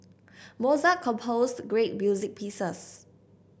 Mozart composed great music pieces